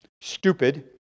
stupid